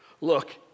Look